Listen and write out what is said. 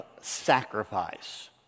sacrifice